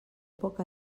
poc